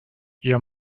your